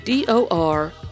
DOR